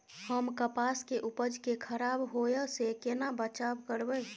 हम कपास के उपज के खराब होय से केना बचाव करबै?